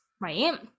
right